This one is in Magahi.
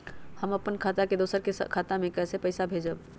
हम अपने खाता से दोसर के खाता में पैसा कइसे भेजबै?